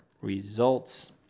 results